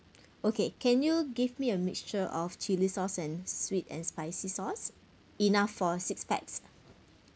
okay can you give me a mixture of chili sauce and sweet and spicy sauce enough for six packs